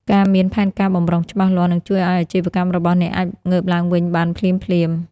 ការមាន ផែនការបម្រុង ច្បាស់លាស់ នឹងជួយឱ្យអាជីវកម្មរបស់អ្នកអាចងើបឡើងវិញបានភ្លាមៗ ។